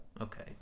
Okay